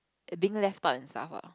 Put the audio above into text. a being left out and stuff ah